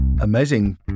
Amazing